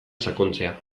sakontzea